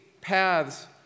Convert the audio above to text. paths